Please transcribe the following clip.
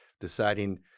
deciding